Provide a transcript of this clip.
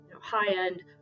high-end